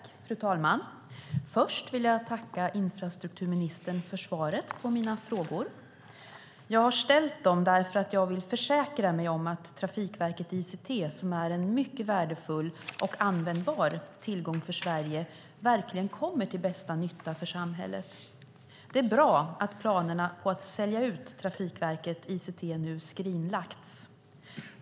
Fru talman! Först vill jag tacka infrastrukturministern för svaret på mina frågor. Jag har ställt dem därför att jag vill försäkra mig om att Trafikverket ICT, som är en mycket värdefull och användbar tillgång för Sverige, verkligen kommer till bästa nytta för samhället. Det är bra att planerna på att sälja ut Trafikverket ICT nu skrinlagts.